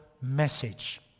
message